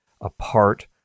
apart